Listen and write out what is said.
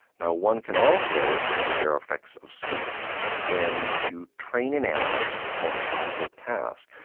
now one can also see that there are effects of sleep when you train an animal to perform a difficult task.